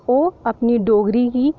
ओह् अपनी डोगरी गी